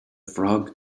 frog